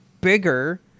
bigger